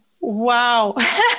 wow